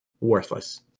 worthless